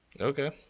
Okay